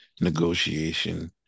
negotiation